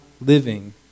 living